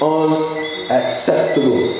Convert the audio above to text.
unacceptable